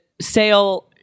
Sale